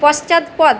পশ্চাৎপদ